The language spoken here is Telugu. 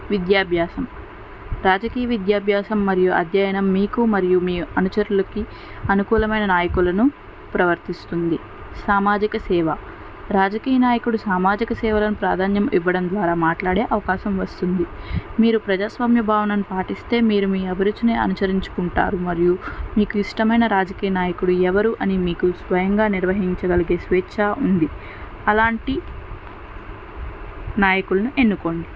విద్యాభ్యాసం రాజకీయ విద్యాభ్యాసం మరియు అధ్యయనం మీకు మరియు మీ అనుచరులకి అనుకూలమైన నాయకులను ప్రవర్తిస్తుంది సామాజిక సేవ రాజకీయ నాయకుడు సామాజిక సేవలను ప్రాధాన్యం ఇవ్వడం ద్వారా మాట్లాడే అవకాశం వస్తుంది మీరు ప్రజాస్వామ్య భవనం పాటిస్తే మీరు మీ అభిరుచిని అనుచరించుకుంటారు మరియు మీకు ఇష్టమైన రాజకీయ నాయకుడు ఎవరు అని మీకు స్వయంగా నిర్వహించగలిగే స్వేచ్ఛ ఉంది అలాంటి నాయకులను ఎన్నుకోండి